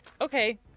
Okay